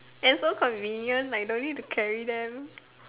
ya so convenient like don't need to carry them